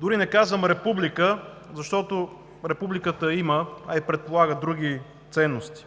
дори не казвам „република“, защото републиката я има, а и предполага други ценности.